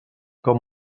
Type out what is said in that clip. com